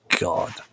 god